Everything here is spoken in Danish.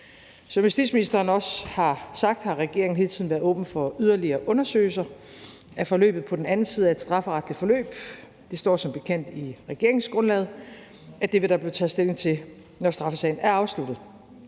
Som justitsministeren også har sagt, har regeringen hele tiden været åben for yderligere undersøgelser af forløbet på den anden side af et strafferetligt forløb. Der står som bekendt i regeringsgrundlaget, at det vil der blive taget stilling til, når straffesagen er afsluttet.